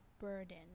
burden